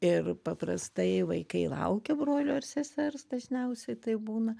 ir paprastai vaikai laukia brolio ar sesers dažniausiai taip būna